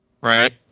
right